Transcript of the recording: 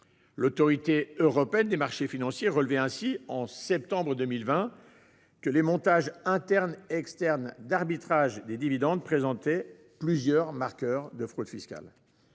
L'Autorité européenne des marchés financiers relevait ainsi, en septembre 2020, que les montages internes et externes d'arbitrages de dividendes présentaient plusieurs marqueurs de fraude fiscale.